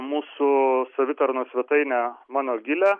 mūsų savitarnos svetainę mano gilė